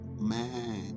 Man